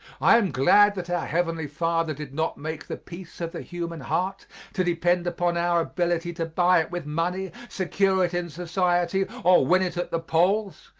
i am glad that our heavenly father did not make the peace of the human heart to depend upon our ability to buy it with money, secure it in society, or win it at the polls,